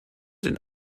den